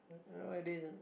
nowadays uh